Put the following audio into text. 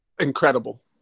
incredible